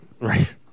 Right